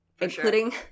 including